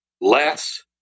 less